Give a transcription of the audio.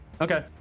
Okay